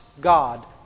God